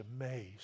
amazed